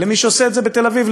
ולמי שעושה את זה בתל-אביב,